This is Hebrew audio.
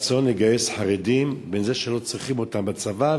הרצון לגייס חרדים לבין זה שלא צריכים אותם בצבא,